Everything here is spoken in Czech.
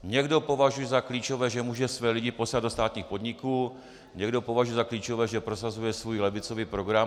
Někdo považuje za klíčové, že může své lidi posílat do státních podniků, někdo považuje za klíčové, že prosazuje svůj levicový program.